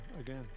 again